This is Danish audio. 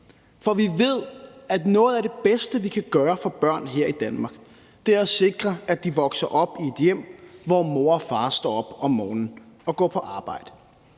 For vi ved, at noget af det bedste, vi kan gøre for børn her i Danmark, er at sikre, at de vokser op i et hjem, hvor mor og far står op om morgenen og går på arbejde,